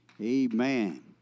Amen